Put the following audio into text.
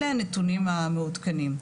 אלה הנתונים המעודכנים.